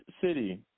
city